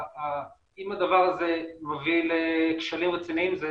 אם הדבר הזה מביא לכשלים רציניים זה